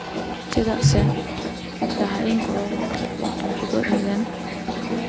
ᱪᱮᱫᱟᱜ ᱡᱟᱦᱟᱭ ᱤᱧ ᱜᱚᱲᱚ ᱟᱠᱟᱫ ᱠᱚᱣᱟ ᱩᱱᱠᱩ ᱫᱚ ᱤᱧ ᱨᱮᱱ